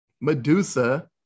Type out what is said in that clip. Medusa